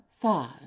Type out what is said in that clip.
five